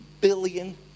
billion